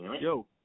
Yo